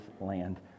land